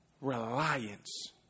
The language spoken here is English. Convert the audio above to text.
reliance